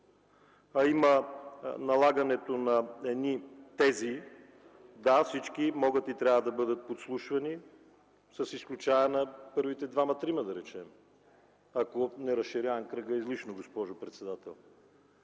а има налагането на едни тези: „Да, всички могат и трябва да бъдат подслушвани, с изключение на първите двама-трима”, да речем, ако не разширявам кръга излишно, госпожо председател.